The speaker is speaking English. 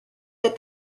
that